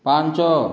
ପାଞ୍ଚ